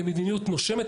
היא מדיניות נושמת.